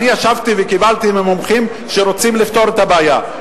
אני ישבתי וקיבלתי את זה ממומחים שרוצים לפתור את הבעיה.